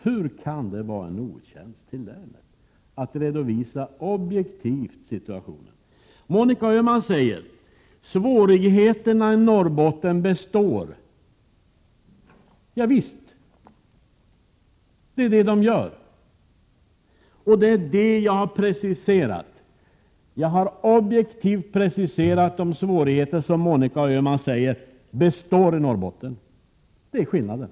Hur kan det vara en otjänst mot länet att redovisa situationen objektivt? Monica Öhman säger vidare: Svårigheterna i Norrbotten består. Javisst! Det är vad de gör, och jag har objektivt precicerat de svårigheter som Monica Öhman säger består i Norrbotten. Det är skillnaden!